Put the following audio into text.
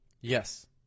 Yes